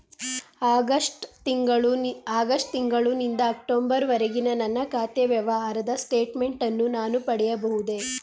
August ತಿಂಗಳು ನಿಂದ October ವರೆಗಿನ ನನ್ನ ಖಾತೆ ವ್ಯವಹಾರದ ಸ್ಟೇಟ್ಮೆಂಟನ್ನು ನಾನು ಪಡೆಯಬಹುದೇ?